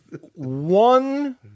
one